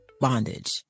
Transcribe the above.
bondage